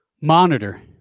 Monitor